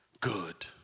good